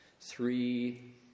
three